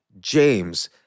James